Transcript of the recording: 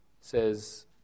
says